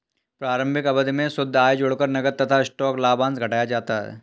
प्रारंभिक अवधि में शुद्ध आय जोड़कर नकद तथा स्टॉक लाभांश घटाया जाता है